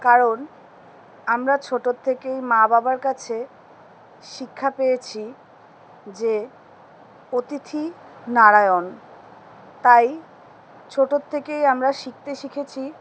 কারণ আমরা ছোটোর থেকেই মা বাবার কাছে শিক্ষা পেয়েছি যে অতিথি নারায়ণ তাই ছোটোর থেকেই আমরা শিখতে শিখেছি